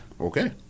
Okay